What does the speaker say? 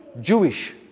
Jewish